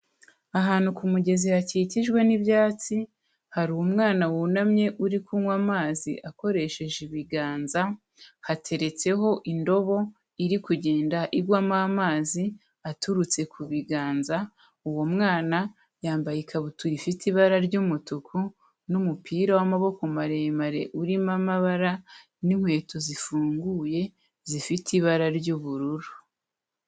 Ahantu ku mugezi hakikijwe n'ibyatsi, hari umwana wunamye uri kunywa amazi akoresheje ibiganza, hateretseho indobo iri kugenda igwamo amazi aturutse ku biganza, uwo mwana yambaye ikabutura ifite ibara ry'umutuku n'umupira w'amaboko maremare urimo amabara n'inkweto zifunguye zifite ibara ry'ubururu.